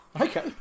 Okay